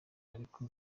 ariko